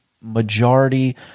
majority